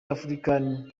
african